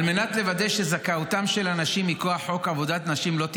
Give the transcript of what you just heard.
על מנת לוודא שזכאותן של הנשים מכוח חוק עבודת נשים לא תיפגע,